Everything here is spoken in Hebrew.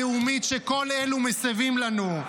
על תחושת הגאווה הלאומית שכל אלה מסבים לנו.